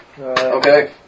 Okay